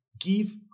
give